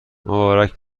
مبارک